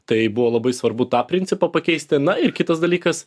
tai buvo labai svarbu tą principą pakeisti na ir kitas dalykas